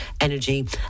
energy